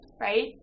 right